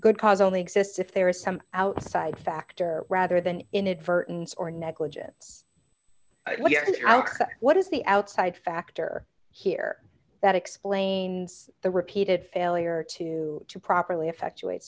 good cause only exists if there is some outside factor rather than inadvertent or negligence what is the outside factor here that explains the repeated failure to to properly effect